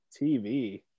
TV